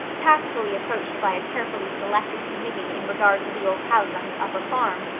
tactfully approached by a carefully selected committee in regard to the old house on his upper farm,